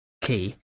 key